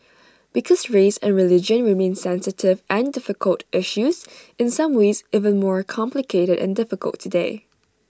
because race and religion remain sensitive and difficult issues in some ways even more complicated and difficult today